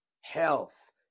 health